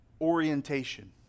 orientation